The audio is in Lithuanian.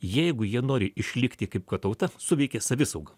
jeigu jie nori išlikti kaip kad tauta suveikė savisauga